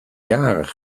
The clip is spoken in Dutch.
jaren